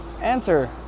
Answer